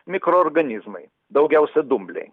mikroorganizmai daugiausia dumbliai